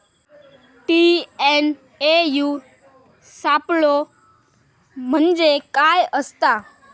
TNAU सापलो म्हणजे काय असतां?